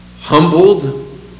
humbled